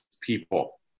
people